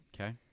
Okay